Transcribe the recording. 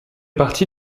partie